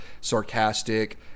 sarcastic